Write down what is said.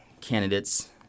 candidates